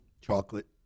Chocolate